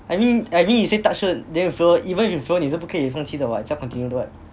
I mean I mean you say touch wood then you fail even if you fail 你也是不可以放弃的 what 也是要 continue 的 what